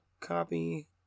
copy